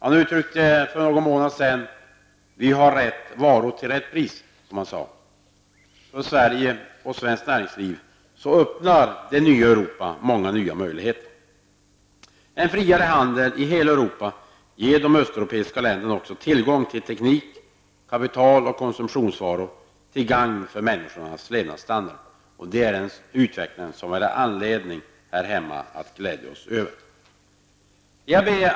Han uttryckte för någon månad sedan: Vi har rätt varor till rätt pris. För Sverige och för svenskt näringsliv innebär det nya Europa många nya möjligheter. En friare handel i hela Europa innebär också att de östeuropeiska länderna får tillgång till ny teknik, till kapital och till konsumtionsvaror -- till gagn för människornas levnadsstandard. Det är en utveckling som vi här i Sverige har anledning att glädjas åt. Fru talman!